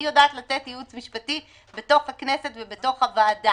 אני יודעת לתת ייעוץ משפטי בתוך הכנסת ובתוך הוועדה.